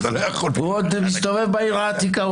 אתה לא יכול פה --- הוא עוד מסתובב בעיר העתיקה.